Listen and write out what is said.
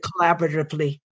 collaboratively